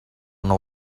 know